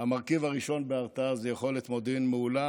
המרכיב הראשון בהרתעה זה יכולת מודיעין מעולה